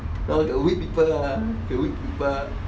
now you'll wake people ah you'll wake people